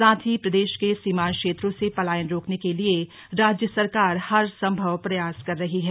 साथ ही प्रदेश के सीमान्त क्षेत्रों से पलायन रोकने के लिए राज्य सरकार हर सम्भव प्रयास कर रही है